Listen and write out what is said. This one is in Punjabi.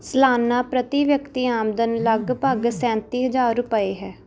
ਸਲਾਨਾ ਪ੍ਰਤੀ ਵਿਅਕਤੀ ਆਮਦਨ ਲਗਭਗ ਸੈਂਤੀ ਹਜ਼ਾਰ ਰੁਪਏ ਹੈ